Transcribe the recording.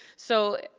so,